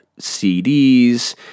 CDs